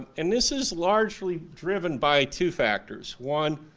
and this is largely driven by two factors. one,